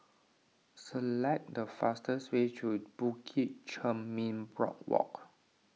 select the fastest way to Bukit Chermin Boardwalk